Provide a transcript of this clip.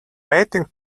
waiting